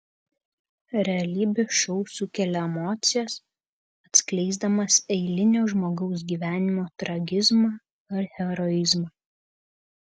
realybės šou sukelia emocijas atskleisdamas eilinio žmogaus gyvenimo tragizmą ar heroizmą